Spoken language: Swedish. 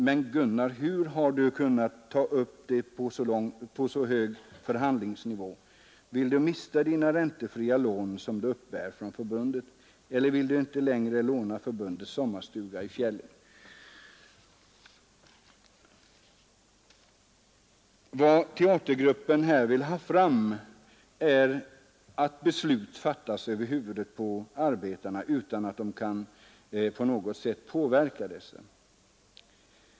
Men Gunnar, hur har du kunnat ta det så här högt upp, på förhandlingsnivå? ... Vill du mista dom räntefria lån som du uppbär från förbundet? Eller vill du inte låna förbundets sommarstuga i fjällen mera?” Vad teatergruppen här vill ha fram är att beslut fattas över huvudet på arbetarna utan att de kan på något sätt påverka dessa.